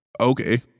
Okay